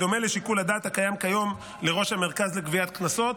בדומה לשיקול הדעת הקיים כיום לראש המרכז לגביית קנסות.